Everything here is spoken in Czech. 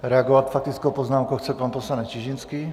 Reagovat faktickou poznámkou chce pan poslanec Čižinský.